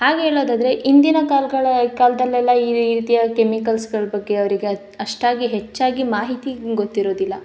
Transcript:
ಹಾಗೆ ಹೇಳೋದಾದ್ರೆ ಹಿಂದಿನ ಕಾಲಗಳ ಕಾಲದಲೆಲ್ಲ ಈ ರೀತಿಯ ಕೆಮಿಕಲ್ಸ್ಗಳ ಬಗ್ಗೆ ಅವರಿಗೆ ಅಷ್ಟಾಗಿ ಹೆಚ್ಚಾಗಿ ಮಾಹಿತಿ ಗೊತ್ತಿರೋದಿಲ್ಲ